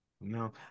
No